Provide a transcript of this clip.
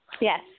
Yes